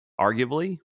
arguably